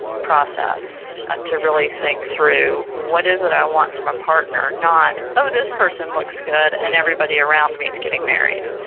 process to really think through what is that i want from my ah partner not, oh, this person looks good and everybody around me is getting married,